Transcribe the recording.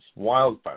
wildfires